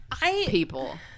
people